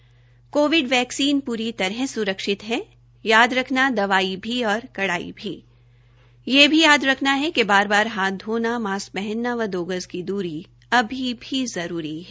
Covid vaccine पूरी तरह सुरक्षित है याद रखना दवाई भी और कड़ाई भी यह भी याद रखना है कि बार बार हाथ धोना मास्क पहनना व दो गज की दूरी अभी भी जरूरी है